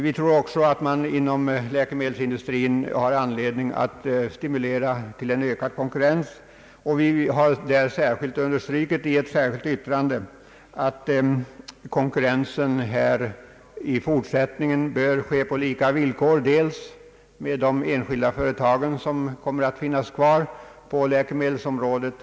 Vi tror också att man inom läkemedelsindustrin har anledning att stimulera till en ökad konkurrens, och vi har i ett särskilt yttrande understrukit att konkurrensen i fortsättningen bör ske på lika villkor med de enskilda företag som kommer att finnas kvar på läkemedelsområdet.